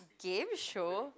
game show